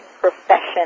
profession